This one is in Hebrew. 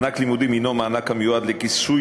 מענק לימודים הוא מענק המיועד לכיסוי